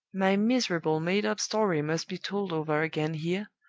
my miserable made-up story must be told over again here,